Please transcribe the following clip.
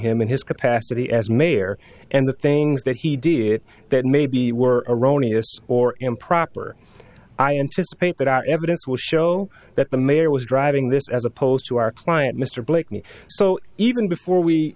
him in his capacity as mayor and the things that he did that maybe were erroneous or improper i anticipate that our evidence will show that the mayor was driving this as opposed to our client mr blakeney so even before we